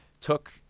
took